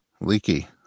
leaky